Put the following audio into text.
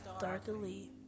darkly